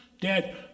Dad